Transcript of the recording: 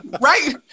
right